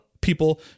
people